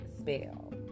spell